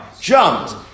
Jumped